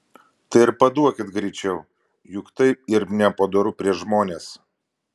tai ir paduokit greičiau juk taip yr nepadoru prieš žmones